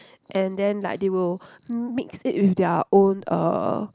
and then like they will mix it with their own uh